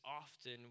often